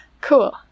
Cool